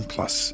Plus